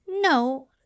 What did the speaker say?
no